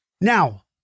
Now